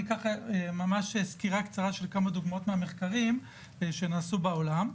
אני אתן סקירה קצרה של כמה דוגמאות מהמחקרים שנעשו בעולם.